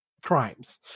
crimes